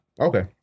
Okay